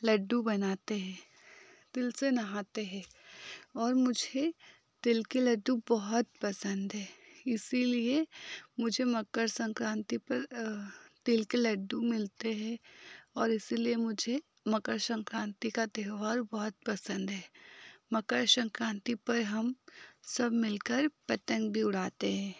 लड्डू बनाते हैं तिल से नहाते हैं और मुझे तिल के लड्डू बहुत पसंद है इसी लिए मुझे मकर संक्रांति पर तिल के लड्डू मिलते हैं और इसी लिए मुझे मकर संक्रांति का त्यौहार बहुत पसंद है मकर संक्रांति पर हम सब मिल कर पतंग भी उड़ाते हैं